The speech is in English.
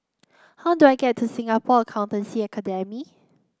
how do I get to Singapore Accountancy Academy